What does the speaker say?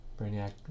Brainiac